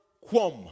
quam